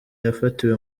yafatiwe